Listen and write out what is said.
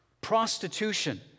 Prostitution